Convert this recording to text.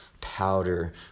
powder